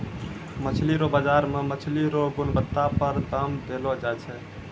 मछली रो बाजार मे मछली रो गुणबत्ता पर दाम देलो जाय छै